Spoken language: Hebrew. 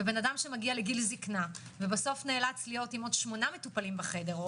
ואדם שמגיע לגיל זיקנה ובסוף נאלץ להיות עם עוד שמונה מטופלים בחדר,